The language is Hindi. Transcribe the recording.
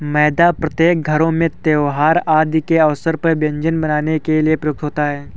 मैदा प्रत्येक घरों में त्योहार आदि के अवसर पर व्यंजन बनाने के लिए प्रयुक्त होता है